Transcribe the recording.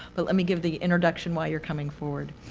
but let me give the introduction while you're coming forward.